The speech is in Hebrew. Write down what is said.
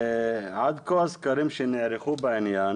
עד כה הסקרים שנערכו בעניין